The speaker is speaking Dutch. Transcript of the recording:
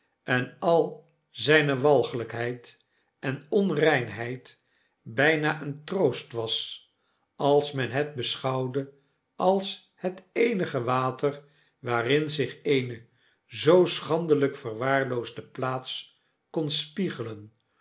en al zpe walglpheid en onreinheid bpa een troost was als men het beschouwde als het eenige water waarin zich eene zoo schandeip verwaarloosde plaats kon spiegelen